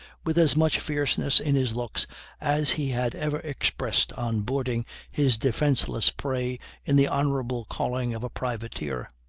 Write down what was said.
with as much fierceness in his looks as he had ever expressed on boarding his defenseless prey in the honorable calling of a privateer.